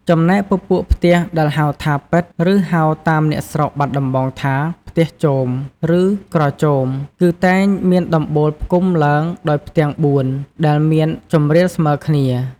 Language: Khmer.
ចំណែក ពពួកផ្ទះដែលហៅថា “ប៉ិត” ឬហៅតាមអ្នកស្រុកបាត់ដំបងថា “ផ្ទះជម” ឬ “ក្រជម” គឺតែងមានដំបូលផ្គុំឡើងដោយផ្ទាំង៤ដែលមានជម្រាលស្មើគ្នា។